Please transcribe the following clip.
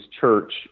church